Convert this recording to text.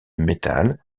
métal